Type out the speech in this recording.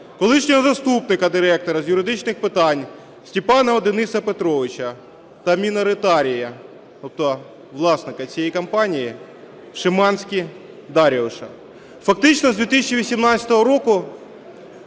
колишнього заступника директора з юридичних питань Степанова Дениса Петровича та міноритарія, тобто власника цієї компанії, Шиманськи Даріуша. Фактично з 2018 року